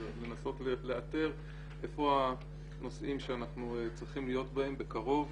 לנסות לאתר איפה הנושאים שאנחנו צריכים להיות בהם בקרוב.